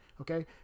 okay